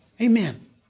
Amen